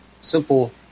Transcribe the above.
simple